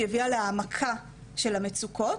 היא הביאה להעמקה של המצוקות,